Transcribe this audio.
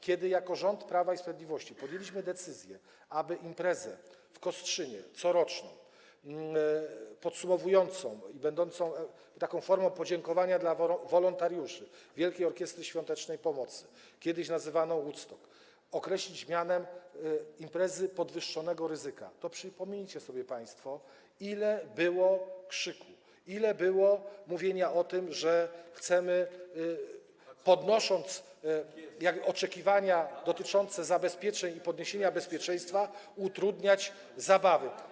Kiedy jako rząd Prawa i Sprawiedliwości podjęliśmy decyzję, aby imprezę w Kostrzynie, coroczną, podsumowującą i będącą formą podziękowania dla wolontariuszy Wielkiej Orkiestry Świątecznej Pomocy, którą kiedyś nazywano Woodstockiem, określić mianem imprezy podwyższonego ryzyka, to przypomnijcie sobie państwo, ile było krzyku, ile było mówienia o tym, że chcemy, zwiększając oczekiwania dotyczące zabezpieczeń i większego bezpieczeństwa utrudniać zabawę.